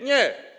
Nie.